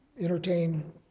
entertain